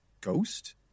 ghost